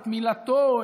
את מילתו,